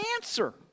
answer